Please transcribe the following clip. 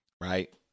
Right